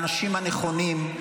לאנשים הנכונים.